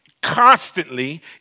constantly